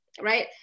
right